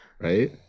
right